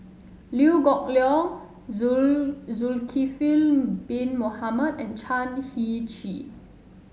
Liew Geok Leong Zulkifli Bin Mohamed and Chan Heng Chee